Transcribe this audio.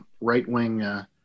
right-wing